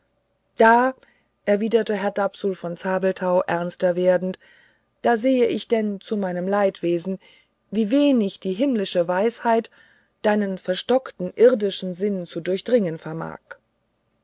da erwiderte herr dapsul von zabelthau ernster werdend da sehe ich denn zu meinem leidwesen wie wenig die himmlische weisheit deinen verstockten irdischen sinn zu durchdringen vermag